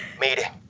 Mire